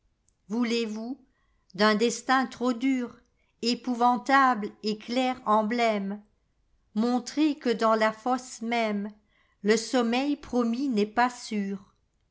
voulez-vous d un destin trop durépouvantable et clair emblème montrer que dans la fosse mêmele sommeil promis n'est pas sûr